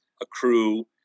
accrue